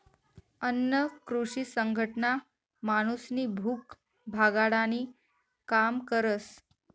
अन्न कृषी संघटना माणूसनी भूक भागाडानी काम करस